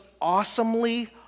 awesomely